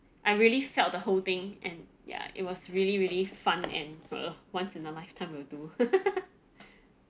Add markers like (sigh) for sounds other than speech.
I really felt the whole thing and ya it was really really fun and for once in a lifetime will do (laughs)